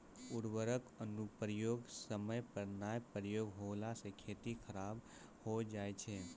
उर्वरक अनुप्रयोग समय पर नाय प्रयोग होला से खेती खराब हो जाय छै